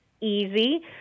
easy